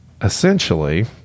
essentially